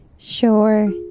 Sure